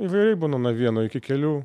įvairiai būna nuo vieno iki kelių